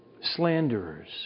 slanderers